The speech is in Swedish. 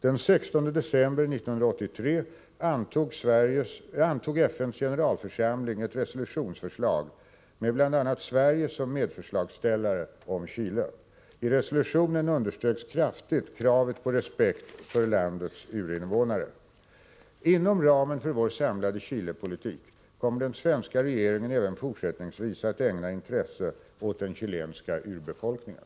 Den 16 december 1983 antog FN:s generalförsamling ett resolutionsförslag med bl.a. Sverige som medförslagställare om Chile. I resolutionen underströks kraftigt kravet på respekt för landets urinvånare. Inom ramen för vår samlade Chilepolitik kommer den svenska regeringen även fortsättningsvis att ägna intresse åt den chilenska urbefolkningen.